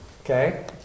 Okay